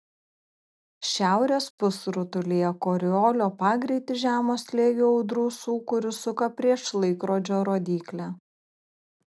šiaurės pusrutulyje koriolio pagreitis žemo slėgio audrų sūkurius suka prieš laikrodžio rodyklę